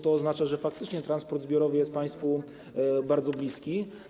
To oznacza, że faktycznie transport zbiorowy jest państwu bardzo bliski.